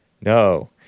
No